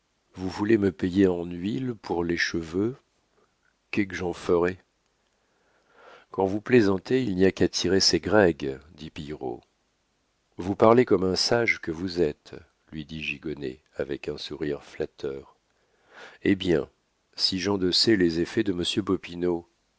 vous voulez me payer en huile pour les cheveux quéque j'en ferais quand vous plaisantez il n'y a qu'à tirer ses grègues dit pillerault vous parlez comme un sage que vous êtes lui dit gigonnet avec un sourire flatteur eh bien si j'endossais les effets de monsieur